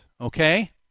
okay